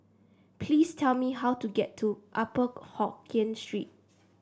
please tell me how to get to Upper Hokkien Street